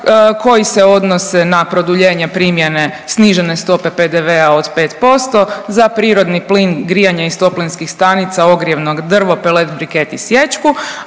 koji se odnose na produljenje primjene snižene stope PDV-a od 5% za prirodni plin, grijanje iz toplinskih stanica, ogrjevnog drva, paleta, briket i sječku.